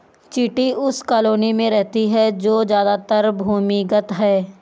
चींटी उस कॉलोनी में रहती है जो ज्यादातर भूमिगत है